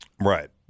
Right